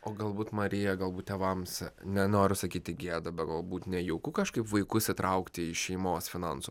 o galbūt marija galbūt tėvams nenoriu sakyti gėda bet galbūt nejauku kažkaip vaikus įtraukti į šeimos finansų